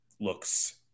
looks